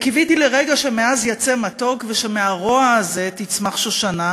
וקיוויתי לרגע שמעז יצא מתוק ושמהרוע הזה תצמח שושנה,